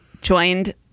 joined